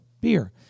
beer